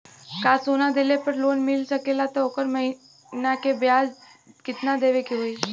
का सोना देले पे लोन मिल सकेला त ओकर महीना के ब्याज कितनादेवे के होई?